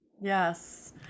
Yes